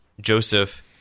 Joseph